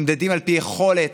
נמדדים על פי יכולת,